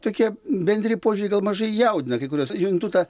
tokie bendri požiūriai gal mažai jaudina kai kuriuos juntu tą